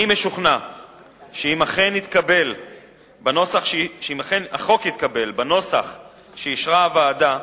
אני משוכנע שאם אכן יתקבל החוק בנוסח שאישרה הוועדה,